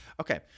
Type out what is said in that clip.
okay